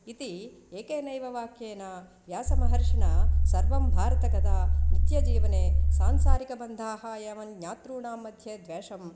इति एकेनैव वाक्येन व्यासमहर्षिणा सर्वं भारतकथा नित्यजीवने सांसारिकबन्धाः एवं ज्ञातॄणां मध्ये द्वेषं